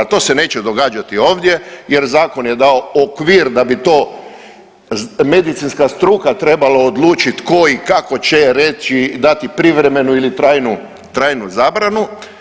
To se neće događati ovdje jer zakon je dao okvir da bi to medicinska struka treba odlučiti tko i kako će reći dati privremenu ili trajnu, trajnu zabranu.